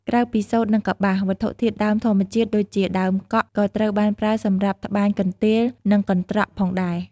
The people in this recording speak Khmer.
ក្រៅពីសូត្រ និងកប្បាស វត្ថុធាតុដើមធម្មជាតិដូចជាដើមកក់ ក៏ត្រូវបានប្រើសម្រាប់ ត្បាញកន្ទេល និងកន្ត្រក ផងដែរ។